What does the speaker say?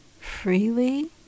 freely